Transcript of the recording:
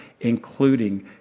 including